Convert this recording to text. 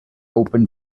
open